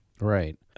Right